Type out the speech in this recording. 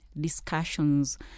discussions